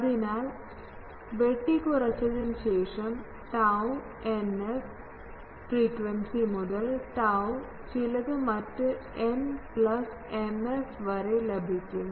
അതിനാൽ വെട്ടിക്കുറച്ചതിനുശേഷം tau n f frequency മുതൽ tau ചിലത് മറ്റ് n പ്ലസ് m f വരെ ലഭിക്കും